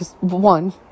one